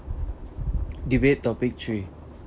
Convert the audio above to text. debate topic three